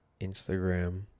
Instagram